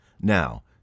Now